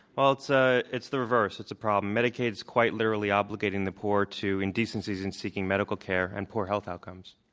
well, it's ah it's the reverse, it's a problem. medicaid's quite literally obligating the poor to indecency in seeking medical care and poor health outcomes.